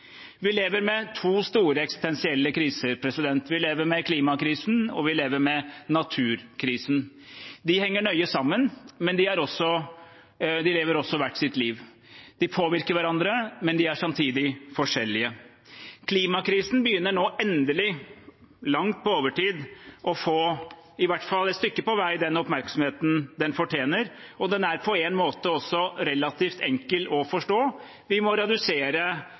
Vi lever med to store eksistensielle kriser. Vi lever med klimakrisen, og vi lever med naturkrisen. De henger nøye sammen, men de lever også hvert sitt liv. De påvirker hverandre, men de er samtidig forskjellige. Klimakrisen begynner nå endelig – langt på overtid – å få, i hvert fall et stykke på vei, den oppmerksomheten den fortjener, og den er på en måte også relativt enkel å forstå: Vi må redusere